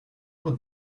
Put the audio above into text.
would